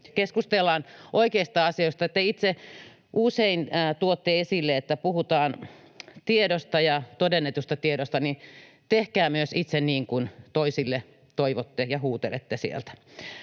Keskustellaan oikeista asioista. Kun te itse usein tuotte esille, että puhutaan tiedosta ja todennetusta tiedosta, niin tehkää myös itse niin kuin toisille toivotte ja huutelette sieltä.